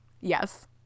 Yes